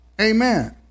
Amen